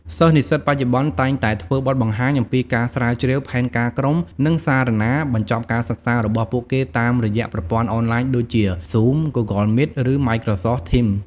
សិស្សនិស្សិតបច្ចុប្បន្នតែងតែធ្វើបទបង្ហាញអំំពីការស្រាវជ្រាវ ផែនការក្រុម និង សារាណាបញ្ចប់ការសិក្សារបស់ពួកគេតាមរយៈប្រព័ន្ធអនឡាញដូចជា Zoom Google Meet ឬ Microsoft Teams។